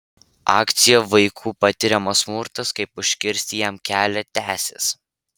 akcija vaikų patiriamas smurtas kaip užkirsti jam kelią tęsis